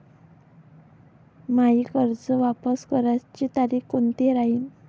मायी कर्ज वापस करण्याची तारखी कोनती राहीन?